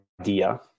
idea